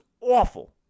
awful